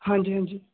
ਹਾਂਜੀ ਹਾਂਜੀ